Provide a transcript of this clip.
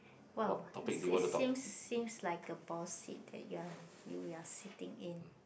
!wow! it seems seems like a boss seat that you are you are sitting in